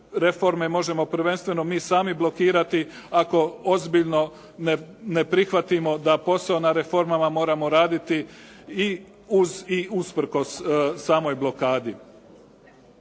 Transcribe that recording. možemo prvenstveno mi sami blokirati ako ozbiljno ne prihvatimo da posebno na reformama moramo raditi i usprkos samoj blokadi.